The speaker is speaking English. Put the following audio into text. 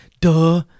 duh